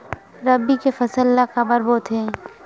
रबी के फसल ला काबर बोथे?